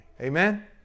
Amen